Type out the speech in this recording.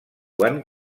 quan